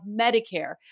Medicare